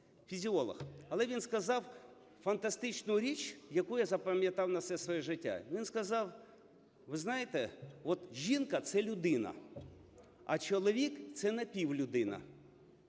Але він сказав фантастичну річ, яку я запам'ятав на все своє життя. Він сказав: "Ви знаєте, от жінка – це людина, а чоловік – це напівлюдина".